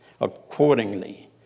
accordingly